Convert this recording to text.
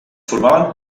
formaven